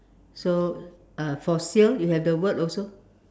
so uh for sale you have the word also